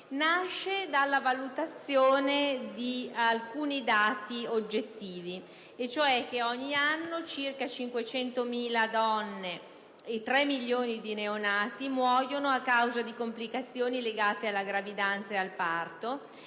nasce dalla valutazione di alcuni dati oggettivi, ossia che ogni anno circa 500.000 donne e 3 milioni di neonati muoiono a causa di complicazioni legate alla gravidanza e al parto;